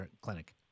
clinic